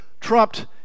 trumped